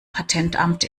patentamt